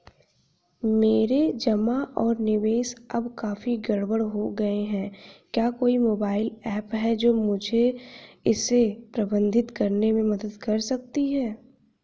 मेरे जमा और निवेश अब काफी गड़बड़ हो गए हैं क्या कोई मोबाइल ऐप है जो मुझे इसे प्रबंधित करने में मदद कर सकती है?